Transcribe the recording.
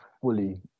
fully